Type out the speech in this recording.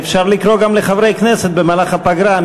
אפשר לקרוא גם לחברי כנסת במהלך הפגרה,